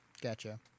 Gotcha